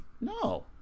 No